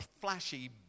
flashy